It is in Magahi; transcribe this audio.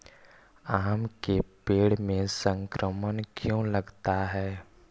आम के पेड़ में संक्रमण क्यों लगता है?